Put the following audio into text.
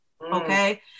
Okay